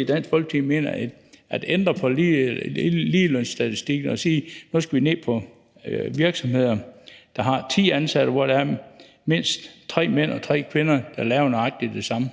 i Dansk Folkeparti mener vi skal gå, for at ændre på ligelønsstatistikker og sige, at nu skal vi ned på virksomheder, der har 10 ansatte, hvor der er mindst 3 mænd og 3 kvinder, der laver nøjagtig det samme,